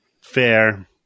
Fair